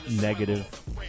negative